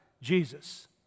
Jesus